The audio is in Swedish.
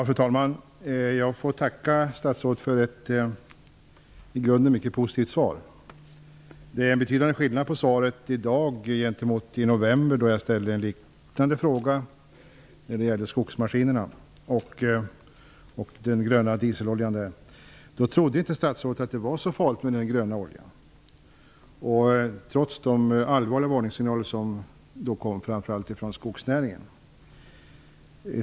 Fru talman! Jag får tacka statsrådet för ett i grunden mycket positivt svar. Det är en betydande skillnad mellan det svar jag fick i dag och det jag fick i november då jag ställde en liknande fråga om skogsmaskiner och grön dieselolja. Vid det tillfället trodde inte statsrådet att det var så farligt med den gröna oljan, trots de allvarliga varningssignaler som framför allt kom från skogsnäringen.